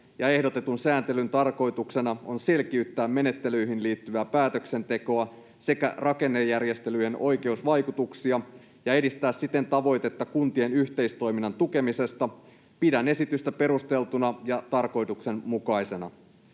ehdotetun sääntelyn tarkoituksena on selkiyttää menettelyihin liittyvää päätöksentekoa sekä rakennejärjestelyjen oikeusvaikutuksia ja edistää siten tavoitetta kuntien yhteistoiminnan tukemisesta, pidän esitystä perusteltuna ja tarkoituksenmukaisena.